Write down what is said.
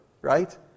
right